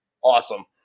Awesome